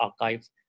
Archives